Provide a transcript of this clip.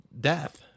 death